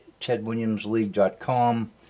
tedwilliamsleague.com